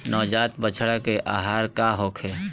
नवजात बछड़ा के आहार का होखे?